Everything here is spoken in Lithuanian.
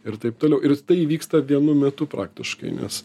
ir taip toliau ir tai įvyksta vienu metu praktiškai nes